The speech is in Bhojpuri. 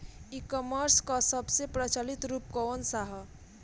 ई कॉमर्स क सबसे प्रचलित रूप कवन सा ह?